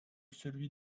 celui